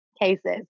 cases